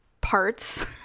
parts